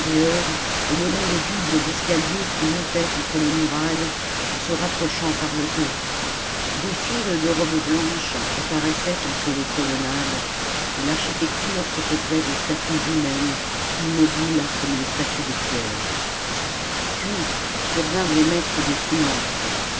et le long des doubles escaliers qui montaient contre les murailles en se rapprochant par le haut des files de robes blanches apparaissaient entre les colonnades et l'architecture se peuplait de statues humaines immobiles comme les statues de pierre puis survinrent les maîtres des finances